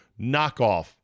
knockoff